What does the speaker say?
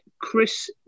Chris